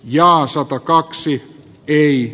jahassata kaksi yli